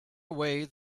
away